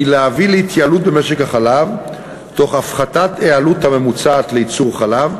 היא להביא להתייעלות במשק החלב תוך הפחתת העלות הממוצעת לייצור חלב,